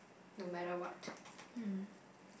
no matter what